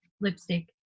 Lipstick